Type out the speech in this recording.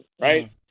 right